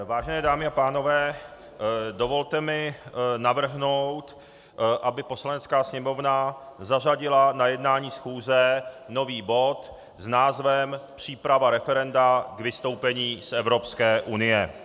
Vážené dámy a pánové, dovolte mi navrhnout, aby Poslanecká sněmovna zařadila na jednání schůze nový bod s názvem Příprava referenda k vystoupení z Evropské unie.